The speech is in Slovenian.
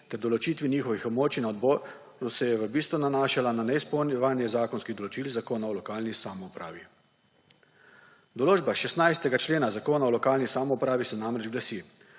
ter določitvi njihovih območij na odboru se je v bistvu nanašala na neizpolnjevanje zakonskih določil zakona o lokalni samoupravi. Določba 16. člena zakona o lokalni samoupravi se namreč glasi: